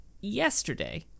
yesterday